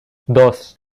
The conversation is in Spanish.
dos